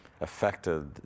affected